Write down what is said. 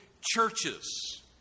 churches